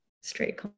straight